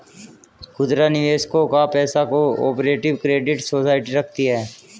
खुदरा निवेशकों का पैसा को ऑपरेटिव क्रेडिट सोसाइटी रखती है